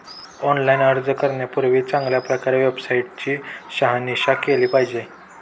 online अर्ज करण्यापूर्वी चांगल्या प्रकारे वेबसाईट ची शहानिशा केली पाहिजे